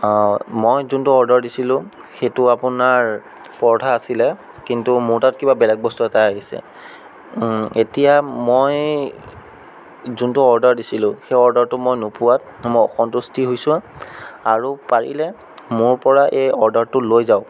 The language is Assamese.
মই যোনটো অৰ্ডাৰ দিছিলো সেইটো আপোনাৰ পৰঠা আছিলে কিন্তু মোৰ তাত কিবা বেলেগ বস্তু এটাহে আহিছে এতিয়া মই যোনটো অৰ্ডাৰ দিছিলোঁ সেই অৰ্ডাৰটো মই নোপোৱাত মই অসন্তুষ্টি হৈছোঁ আৰু পাৰিলে মোৰপৰা এই অৰ্ডাৰটো লৈ যাওক